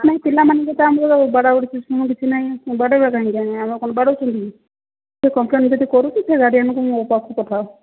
ନାଇଁ ପିଲାମାନଙ୍କୁ ତ ଆମର ବାଡ଼ାବାଡ଼ି ସିଷ୍ଟମ୍ କିଛି ନାହିଁ ବାଡ଼େଇବା କାଇଁକି ଆମେ ଆମେ କ'ଣ ବାଡ଼ଉଛନ୍ତି କିଏ ଯେ କମ୍ପ୍ଲେନ୍ ଯଦି କରୁଛି ସେ ଗାର୍ଡ଼ିଆନ୍ଙ୍କୁ ମୋ ପାଖକୁ ପଠାଅ